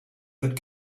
that